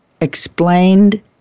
explained